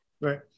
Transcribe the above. right